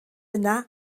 yna